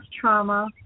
trauma